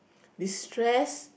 destress